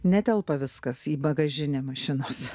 netelpa viskas į bagažinę mašinos